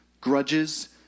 grudges